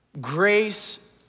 Grace